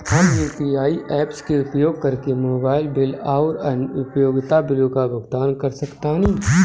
हम UPI apps के उपयोग करके मोबाइल बिल आउर अन्य उपयोगिता बिलों का भुगतान कर सकतानी